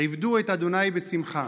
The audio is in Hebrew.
עבדו את ה' בשמחה,